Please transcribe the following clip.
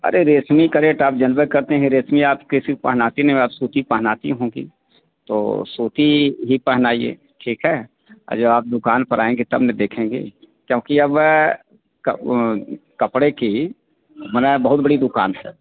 अरे रेशमी का रेट आप जनबै करते हैं रेशमी आप किसी को पहनाती नहीं आप सूती पहनाती होंगी तो सूती ही पहनाइए ठीक है जब आप दुकान पर आएँगी तब न देखेंगी क्योंकि अब कपड़े की माने बहुत बड़ी दुकान है